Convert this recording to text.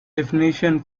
definition